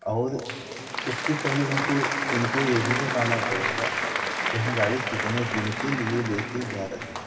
और उसके पहले हमको उनको ये भी बताना पड़ेगा कि हम गाड़ी कितने दिन के लिए लेके जा रहे हैं